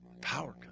power